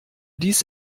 dies